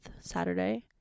saturday